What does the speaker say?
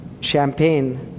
champagne